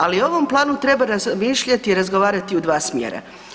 Ali o ovom planu treba razmišljati i razgovarati u dva smjera.